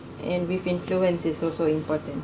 and with influence is also important